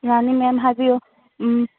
ꯌꯥꯅꯤ ꯃꯦꯝ ꯍꯥꯏꯕꯤꯌꯨ ꯎꯝ